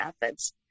methods